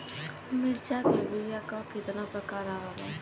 मिर्चा के बीया क कितना प्रकार आवेला?